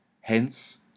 hence